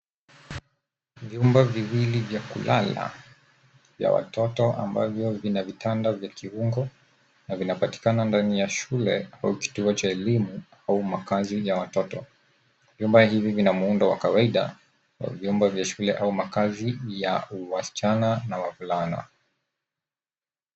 Vyumba viwili vya kulala vya watoto ambavyo vina vitanda vya kufungwa na vinapatikana ndani ya shule au kituo cha elimu au makazi ya watoto . Vyumba hivi vina muundo wa kawaida wa vyumba vya shule au makazi ya wasichana na wavulana.